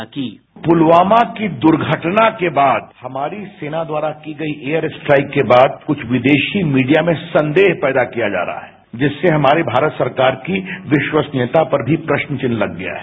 bite Ravishankar Prasad Pulwama की दुर्घटना के बाद हमारी सेना द्वारा की गई एयरस्ट्राइक के बाद कुछ विदेशी मीडिया में संदेह पैदा किया जा रहा है जिससे हमारे भारत सरकार की विश्वसनीयता पर भी प्रश्न चिन्ह लग गया है